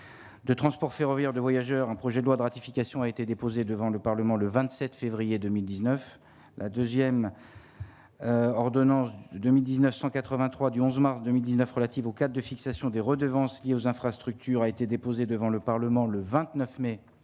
Le transport ferroviaire de voyageurs, un projet de loi de ratification a été déposé devant le Parlement le 27 février 2019 la 2ème. Ordonnance du 2000 1983 du 11 mars 2019 relatives au cas de fixation des redevances liées aux infrastructures, a été déposé devant le Parlement le 29 mai 2019,